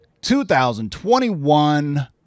2021